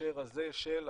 בהקשר הזה של הפעילות,